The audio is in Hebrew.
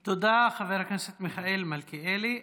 תודה, חבר הכנסת מיכאל מלכיאלי.